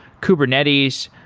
kubernetes.